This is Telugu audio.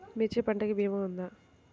మిర్చి పంటకి భీమా ఉందా?